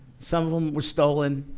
some of them were stolen,